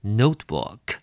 notebook 。